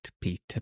Peter